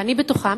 ואני בתוכם,